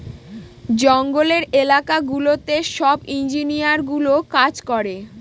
জঙ্গলের এলাকা গুলোতে সব ইঞ্জিনিয়ারগুলো কাজ করে